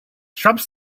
shrubs